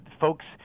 folks